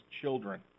children